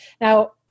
Now